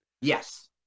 Yes